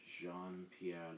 Jean-Pierre